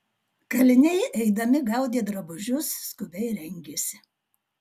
kaliniai eidami gaudė drabužius skubiai rengėsi